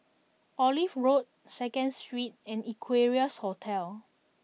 Olive Road Second Street and Equarius Hotel